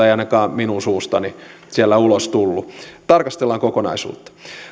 ei ainakaan minun suustani siellä ulos tullut tarkastellaan kokonaisuutta